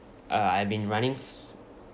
uh I've been running